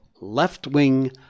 left-wing